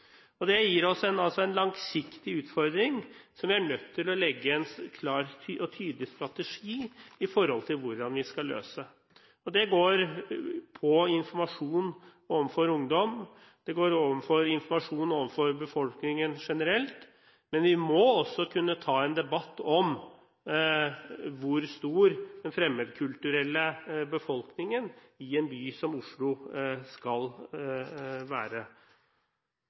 nå. Det gir oss en langsiktig utfordring som vi er nødt til å legge en klar og tydelig strategi for å løse. Det går på informasjon overfor ungdom, det går på informasjon overfor befolkningen generelt, men vi må også kunne ta en debatt om hvor stor den fremmedkulturelle befolkningen i en by som Oslo skal være.